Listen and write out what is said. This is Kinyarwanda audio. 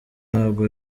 ntabwo